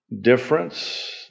difference